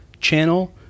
channel